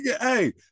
hey